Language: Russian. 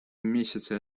месяце